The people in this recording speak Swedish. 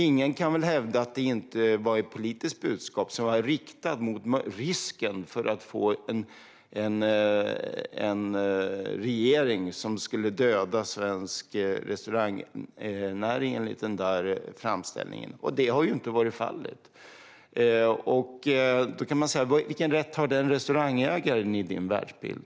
Ingen kan väl hävda att den framställningen inte var ett politiskt budskap som var riktat mot risken för att få en regering som skulle döda svensk restaurangnäring. Det har inte varit fallet. Vilken rätt har den restaurangägaren i din världsbild?